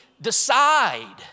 decide